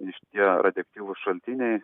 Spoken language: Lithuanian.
šitie radioaktyvūs šaltiniai